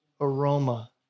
aroma